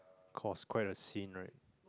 caused quite a scene right